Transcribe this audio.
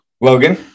Logan